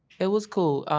it was cool.